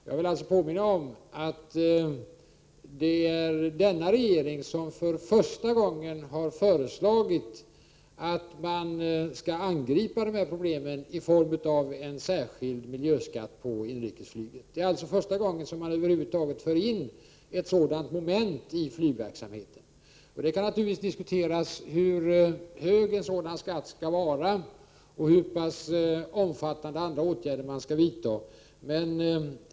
Jag vill påminna om att det är denna regering som för första gången har föreslagit att de här problemen skall angripas genom en särskild miljöskatt på inrikesflyget. Det är första gången ett sådant moment över huvud taget förs in i flygverksamheten. Det kan naturligtvis diskuteras hur hög en sådan skatt skall vara och hur pass omfattande andra åtgärder som vidtas skall vara.